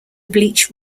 bleach